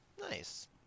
Nice